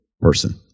person